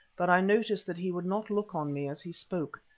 but i noticed that he would not look on me as he spoke,